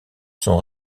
sont